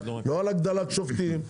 לא על הגדלת תקנים לשופטים,